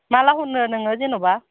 माला हरनो नोङो जेन'बा